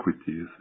equities